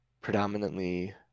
predominantly